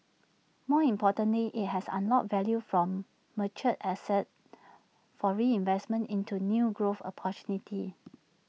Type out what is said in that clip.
more importantly IT has unlocked value from mature assets for reinvestment into new growth opportunities